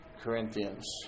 Corinthians